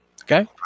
Okay